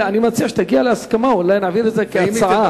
אני מציע שתגיע להסכמה, אולי נעביר את זה כהצעה.